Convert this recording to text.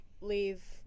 leave